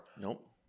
Nope